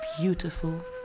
beautiful